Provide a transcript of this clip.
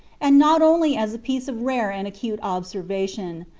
and not only as a piece of rare and acute observation,